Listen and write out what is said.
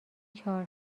چهار